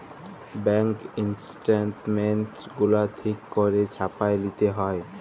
bank statements গুলা ঠিক ক্যইরে ছাপাঁয় লিতে হ্যয়